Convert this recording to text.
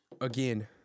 Again